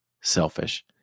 selfish